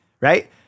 right